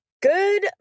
good